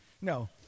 No